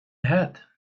head